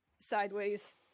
sideways